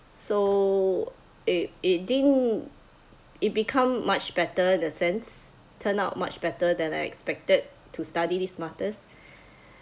so it it didn't it become much better the sense turned out much better than I expected to study this master's